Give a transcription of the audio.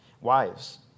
Wives